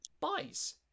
buys